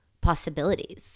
possibilities